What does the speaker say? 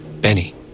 Benny